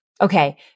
Okay